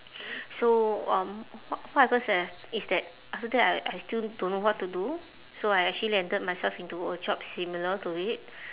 so um w~ what happens that is that after that I I still don't know what to do so I actually landed myself into a job similar to it